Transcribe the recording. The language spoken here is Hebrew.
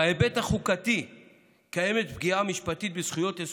בהיבט החוקתי קיימת פגיעה משפטית בזכויות יסוד,